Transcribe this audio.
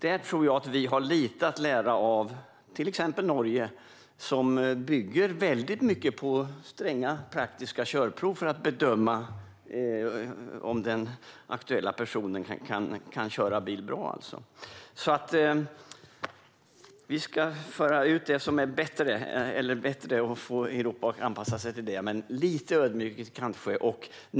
Där tror jag att vi har lite att lära av till exempel Norge, där man bygger mycket på stränga praktiska körprov för att bedöma om den aktuella personen kan köra bil bra. Vi ska föra ut det som är bättre i Sverige och få Europa att anpassa sig till det. Men lite ödmjukhet kanske vi ska visa.